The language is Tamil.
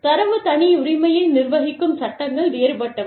தரவு தனியுரிமையை நிர்வகிக்கும் சட்டங்கள் வேறுபட்டவை